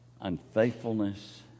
unfaithfulness